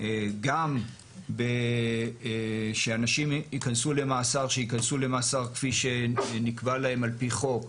גם שאנשים שייכנסו למאסר שייכנסו למאסר כפי שזה נקבע להם על פי חוק.